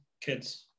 kids